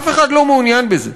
אף אחד לא מעוניין בזה.